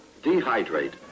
dehydrate